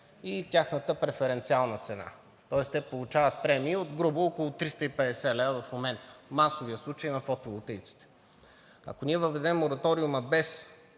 и тяхната преференциална цена. Тоест те получават премии грубо от около 350 лв. в момента, което е в масовия случай на фотоволтаиците. Ако ние въведем мораториума без